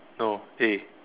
no eh